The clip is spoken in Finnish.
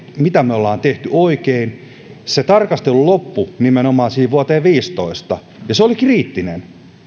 mitä me olemme tehneet oikein se tarkastelu loppui nimenomaan siihen vuoteen viisitoista ja se oli kriittinen